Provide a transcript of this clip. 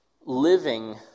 Living